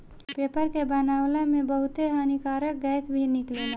paper के बनावला में बहुते हानिकारक गैस भी निकलेला